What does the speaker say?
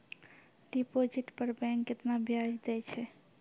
Deposit पर bank केतना ब्याज दै छै?